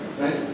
Right